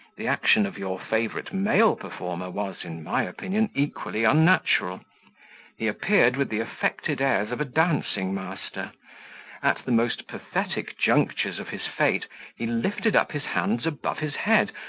the action of your favourite male performer was, in my opinion, equally unnatural he appeared with the affected airs of a dancing-master at the most pathetic junctures of his fate he lifted up his hands above his head,